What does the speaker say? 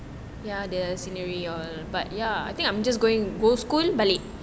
but